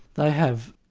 they have.